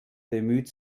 bemüht